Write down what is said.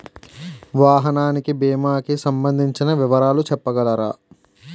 వాహనానికి భీమా కి సంబందించిన వివరాలు చెప్పగలరా?